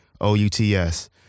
O-U-T-S